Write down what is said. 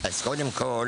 אז קודם כל